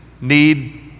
need